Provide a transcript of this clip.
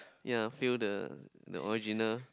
ya feel the the original